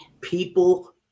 People